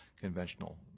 conventional